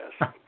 yes